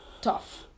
tough